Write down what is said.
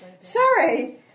sorry